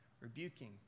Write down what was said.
rebuking